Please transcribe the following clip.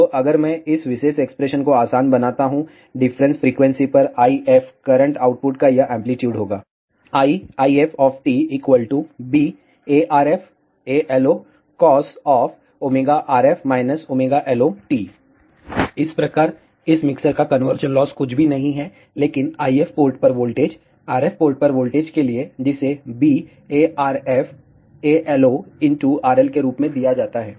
तो अगर मैं इस विशेष एक्सप्रेशन को आसान बनाता हूं डिफरेंस फ्रीक्वेंसी पर IF करंट आउटपुट का यह एंप्लीट्यूड होगा iIFtbARFALOcos RF LOt इस प्रकार इस मिक्सर का कन्वर्जन लॉस कुछ भी नहीं है लेकिन IF पोर्ट पर वोल्टेज RF पोर्ट पर वोल्टेज के लिए जिसे bARFALO×RL के रूप में दिया जाता है